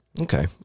Okay